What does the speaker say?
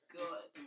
good